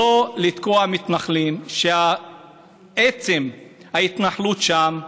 לא לתקוע מתנחלים שעצם ההתנחלות שם,